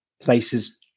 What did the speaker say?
places